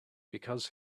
because